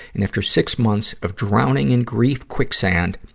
and after six months of drowning in grief quicksand,